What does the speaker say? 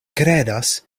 kredas